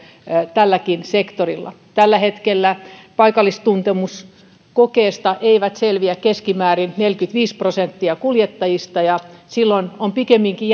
tälläkin sektorilla tällä hetkellä paikallistuntemuskokeesta ei selviä keskimäärin neljäkymmentäviisi prosenttia kuljettajista ja silloin on pikemminkin